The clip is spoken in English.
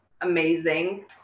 amazing